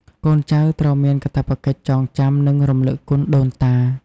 កូនចៅត្រូវមានកាតព្វកិច្ចចងចាំ និងរំលឹកគុណដូនតា។